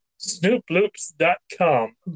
SnoopLoops.com